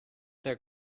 their